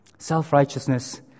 Self-righteousness